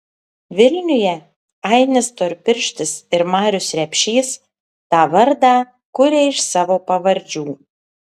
vilniuje ainis storpirštis ir marius repšys tą vardą kuria iš savo pavardžių